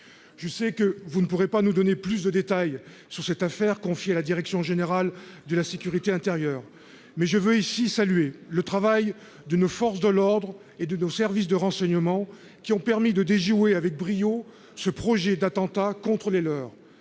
je sais que vous ne pourrez pas nous donner plus de détails sur cette affaire, confiée à la direction générale de la sécurité intérieure, mais je veux ici saluer le travail de nos forces de l'ordre et de nos services de renseignements qui ont permis de déjouer avec brio ce projet d'attentat contrôler leur